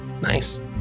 Nice